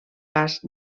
gas